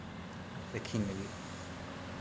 ᱟᱹᱠᱷᱨᱤᱧ ᱞᱟᱹᱜᱤᱫ